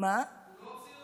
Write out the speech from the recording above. הוא לא ציוני?